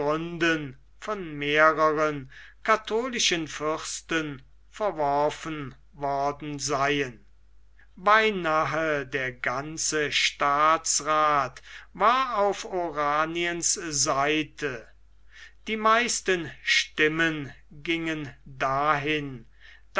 von mehreren katholischen fürsten verworfen worden seien beinahe der ganze staatsrath war auf oraniens seite die meisten stimmen gingen dahin